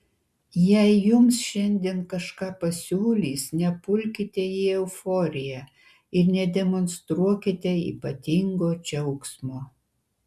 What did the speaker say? jei jums šiandien kažką pasiūlys nepulkite į euforiją ir nedemonstruokite ypatingo džiaugsmo